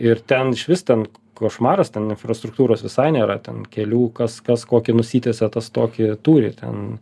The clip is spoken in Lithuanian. ir ten išvis ten košmaras ten infrastruktūros visai nėra ten kelių kas kas kokį nusitiesia tas tokį turi ten